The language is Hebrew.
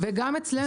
כבוד היושב-ראש,